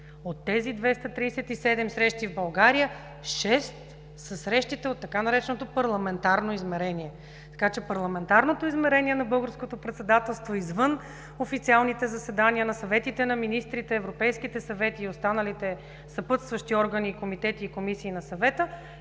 От тези 237 срещи в България шест са срещите от така нареченото „парламентарно измерение“. Така че и в българското председателство, извън официалните заседания на съветите на министрите, европейските съвети и останалите съпътстващи органи и комитети, и комисии на Съвета,